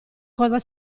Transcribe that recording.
cosa